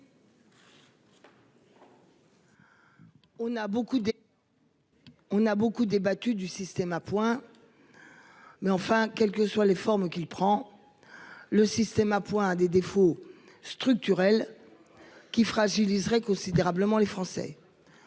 On a beaucoup débattu du système à points. Mais enfin, quelles que soient les formes qu'il prend. Le système à points des défauts structurels. Qui fragiliserait considérablement les Français.